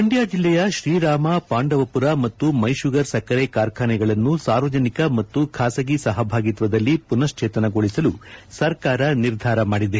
ಮಂಡ್ಕ ಜಿಲ್ಲೆಯ ಶ್ರೀರಾಮ ಪಾಂಡವಮರ ಮತ್ತು ಮೈಶುಗರ್ ಸಕ್ಕರ ಕಾರ್ಖಾನೆಯನ್ನು ಸಾರ್ವಜನಿಕ ಮತ್ತು ಖಾಸಗಿ ಸಹಭಾಗಿತ್ವದಲ್ಲಿ ಮನಚ್ಚೇತನಗೊಳಿಸಲು ಸರ್ಕಾರ ನಿರ್ಧಾರ ಮಾಡಿದೆ